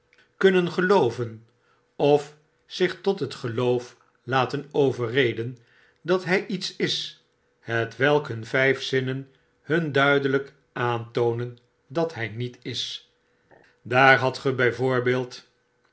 kunnen gelooven of zich tot hetgeloof laten overreden dat hy lets is hetwelk hun vyf zinnen hun duidelyk aantoonen dat hij niet is daar hadt